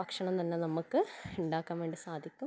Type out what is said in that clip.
ഭക്ഷണം തന്നെ നമുക്ക് ഉണ്ടാക്കാൻ വേണ്ടി സാധിക്കും